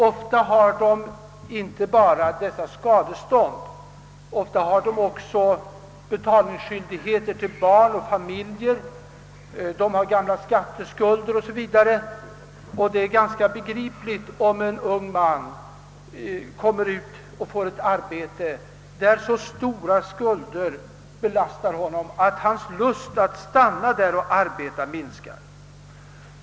Ofta har de inte bara betalningsskyldighet för utdömda skadestånd utan även för barn och familjer; de har ofta nog gamla skatteskulder osv. Om en ung man kommer ut och får ett arbete, där så stora skulder belastar honom, är det ganska begripligt, ifall hans lust att stanna i arbetet minskar.